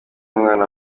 umwana